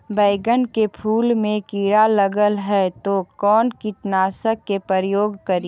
बैगन के फुल मे कीड़ा लगल है तो कौन कीटनाशक के प्रयोग करि?